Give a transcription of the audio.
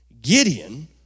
Gideon